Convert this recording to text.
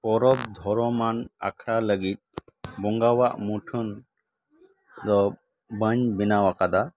ᱯᱚᱨᱚᱵᱽ ᱫᱷᱚᱨᱚᱢᱟᱱ ᱟᱠᱷᱲᱟ ᱞᱟᱹᱜᱤᱫ ᱵᱚᱸᱜᱟᱣᱟᱜ ᱢᱩᱴᱷᱟᱹᱱ ᱫᱚ ᱵᱟᱧ ᱵᱮᱱᱟᱣ ᱟᱠᱟᱫᱟ